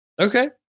Okay